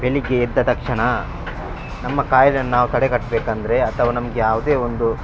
ಬೆಳಗ್ಗೆ ಎದ್ದ ತಕ್ಷಣ ನಮ್ಮ ಕಾಯಿಲೆ ನಾವು ತಡೆಗಟ್ಬೇಕಂದರೆ ಅಥವಾ ನಮಗೆ ಯಾವುದೇ ಒಂದು